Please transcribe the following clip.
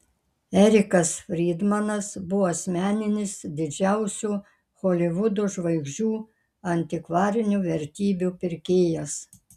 erikas frydmanas buvo asmeninis didžiausių holivudo žvaigždžių antikvarinių vertybių pirkėjas